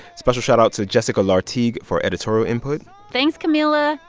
special shoutout to jessica lartigue for editorial input thanks, camila